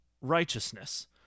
Righteousness